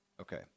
Okay